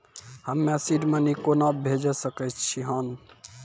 हम्मे seed money कोना भेजी सकै छिओंन